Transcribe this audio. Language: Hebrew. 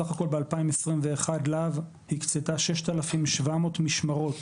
בסך הכול ב-2021 להב הקצתה 6,700 משמרות